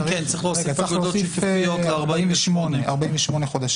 כן, צריך להוסיף אגודות שיתופיות ל-48 חודשים.